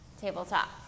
Tabletop